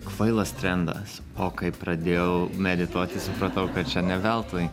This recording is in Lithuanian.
kvailas trendas o kai pradėjau medituoti supratau kad čia ne veltui